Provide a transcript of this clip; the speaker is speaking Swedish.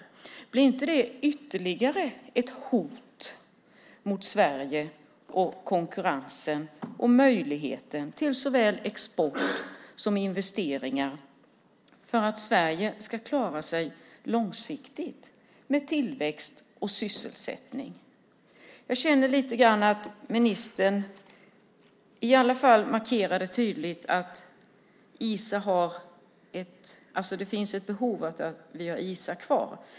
Blir inte det ytterligare ett hot mot Sverige och konkurrensen och möjligheten till såväl export som investeringar för att Sverige ska klara sig långsiktigt med tillväxt och sysselsättning? Jag känner att ministern i alla fall markerade tydligt att det finns ett behov av att ha Isa kvar.